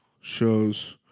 shows